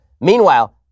Meanwhile